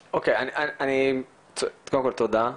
תודה.